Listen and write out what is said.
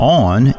on